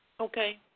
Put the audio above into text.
Okay